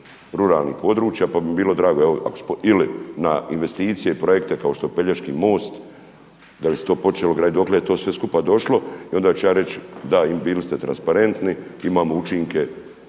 ruralnih područja pa bi mi bilo drago ili na investicije i projekte kao što je Pelješki most. Da li se to počelo graditi? Dokle je to sve skupa došlo? I onda ću ja reći, da bili ste transparentni, imamo učinke